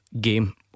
game